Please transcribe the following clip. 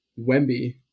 Wemby